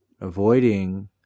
Avoiding